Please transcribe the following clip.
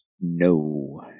No